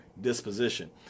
disposition